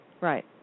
Right